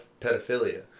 pedophilia